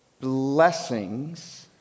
Blessings